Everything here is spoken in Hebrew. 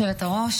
היושבת-ראש,